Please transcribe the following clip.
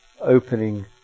opening